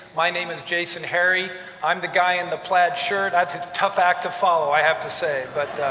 my name is jason harry. i'm the guy in the plaid shirt. that's a tough act to follow, i have to say. but